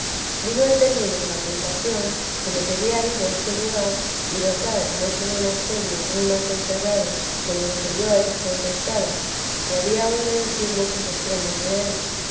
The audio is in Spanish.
vino a términos la tentación que me quería ir deste lugar y dotar en otro monasterio muy más encerrado que en el que yo al presente estaba que había oído decir muchos extremos del era